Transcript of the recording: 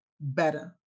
better